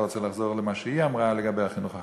רוצה לחזור על מה שהיא אמרה לגבי החינוך החרדי,